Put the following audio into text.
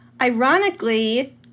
Ironically